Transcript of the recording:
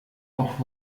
auch